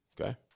okay